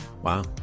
Wow